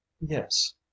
yes